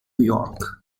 york